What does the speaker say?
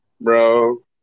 Bro